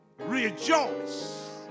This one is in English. rejoice